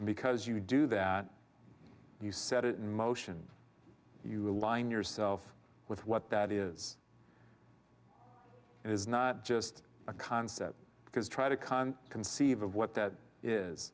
because you do that you set it in motion you align yourself with what that is and is not just a concept because try to con conceive of what that is